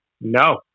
no